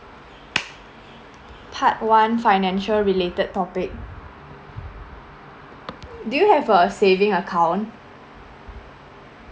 part one financial related topic do you have a saving account